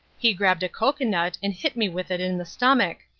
he grabbed a coco-nut and hit me with it in the stomach.